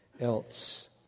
else